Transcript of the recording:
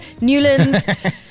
Newland's